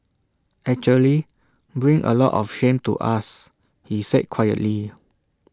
actually bring A lot of shame to us he said quietly